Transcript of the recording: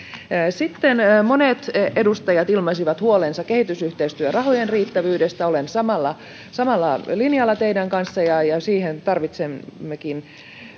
sitten monet edustajat ilmaisivat huolensa kehitysyhteistyörahojen riittävyydestä olen samalla samalla linjalla teidän kanssanne ja siihen tarvitsemmekin